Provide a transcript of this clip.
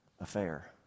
affair